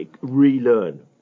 relearn